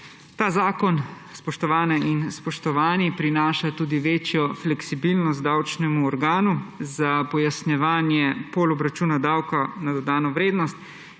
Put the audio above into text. Ta zakon, spoštovane in spoštovani, prinaša tudi večjo fleksibilnost davčnemu organu za pojasnjevanje potem obračuna davka na dodano vrednost,